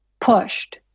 pushed